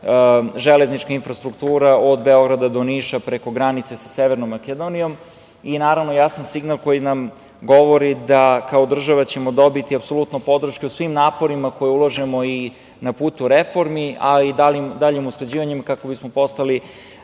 železnička infrastruktura od Beograda do Niša, preko granice sa Severnom Makedonijom, jasan signal koji nam govori da ćemo kao država dobiti apsolutnu podršku svim naporima koje ulažemo i na putu reformi, a i daljim usklađivanjem, kako bismo postali